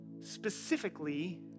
specifically